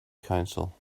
council